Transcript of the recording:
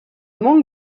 manque